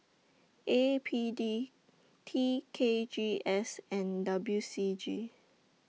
A P D T K G S and W C G